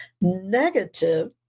negative